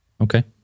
Okay